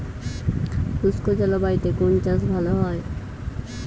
শুষ্ক জলবায়ুতে কোন চাষ ভালো হয়?